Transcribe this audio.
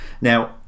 Now